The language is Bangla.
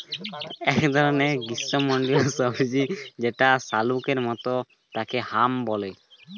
এক ধরনের গ্রীষ্মমন্ডলীয় সবজি যেটা শাকালু মতো তাকে হাম বলে